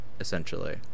essentially